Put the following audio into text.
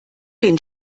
den